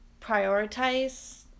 prioritize